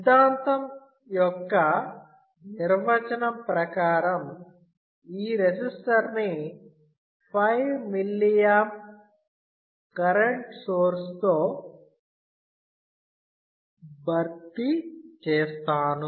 సిద్ధాంతం యొక్క నిర్వచనం ప్రకారం ఈ రెసిస్టర్ ని 5mA కరెంట్ సోర్స్ తో భర్తీ చేస్తాను